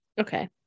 Okay